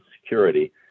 security